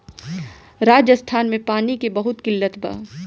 राजस्थान में पानी के बहुत किल्लत बा